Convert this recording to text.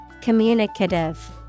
Communicative